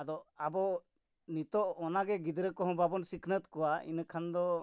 ᱟᱫᱚ ᱟᱵᱚ ᱱᱤᱛᱚᱜ ᱚᱱᱟᱜᱮ ᱜᱤᱫᱽᱨᱟᱹ ᱠᱚᱦᱚᱸ ᱵᱟᱵᱚᱱ ᱥᱤᱠᱷᱱᱟᱹᱛ ᱠᱚᱣᱟ ᱤᱱᱟᱹ ᱠᱷᱟᱱ ᱫᱚ